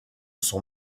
son